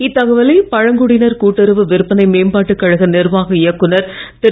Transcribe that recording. இத்தகவலை பழங்குடியினர் கூட்டுறவு விற்பனை மேம்பாட்டு கழக நிர்வாக இயக்குநர் திரு